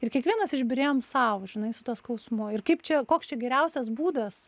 ir kiekvienas išbyrėjom sau žinai su tuo skausmu ir kaip čia koks čia geriausias būdas